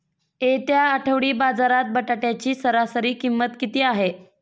येत्या आठवडी बाजारात बटाट्याची सरासरी किंमत किती आहे?